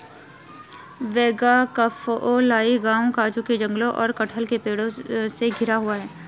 वेगाक्कोलाई गांव काजू के जंगलों और कटहल के पेड़ों से घिरा हुआ है